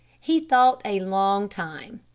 he thought a long time.